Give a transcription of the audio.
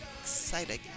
exciting